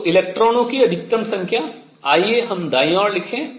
तो इलेक्ट्रॉनों की अधिकतम संख्या आइए हम दायीं ओर लिखें